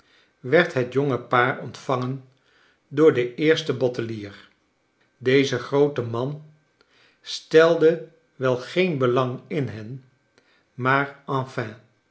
werd het jonge paar ontvangen door den eersten bottelier deze grooto man stelde wel geen belang in hen maar enfin